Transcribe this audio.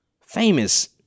famous